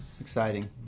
Exciting